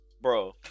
Bro